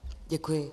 Děkuji.